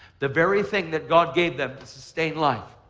the very thing that god gave them to sustain life.